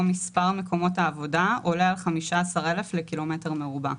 מספר מקומות העבודה עולה על 15,000 לקילומטר מרובע,"